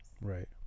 right